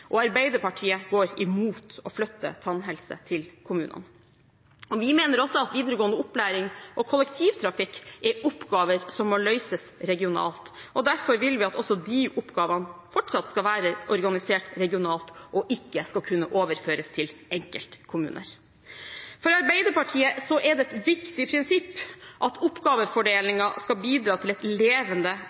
og Arbeiderpartiet går imot å flytte tannhelse til kommunene. Vi mener også at videregående opplæring og kollektivtrafikk er oppgaver som må løses regionalt. Derfor vil vi at også de oppgavene fortsatt skal være organisert regionalt, og ikke skal kunne overføres til enkeltkommuner. For Arbeiderpartiet er det et viktig prinsipp at oppgavefordelingen skal bidra til et levende